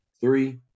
three